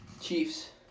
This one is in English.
Chiefs